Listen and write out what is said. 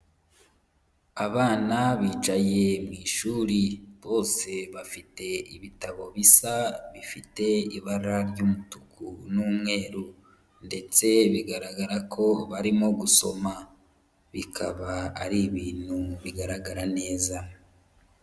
Abana bicaye mu ishuri bose bafite ibitabo bisa bifite ibara ry'umutuku n'umweru ndetse bigaragara ko barimo gusoma, bikaba ari ibintu bigaragara neza.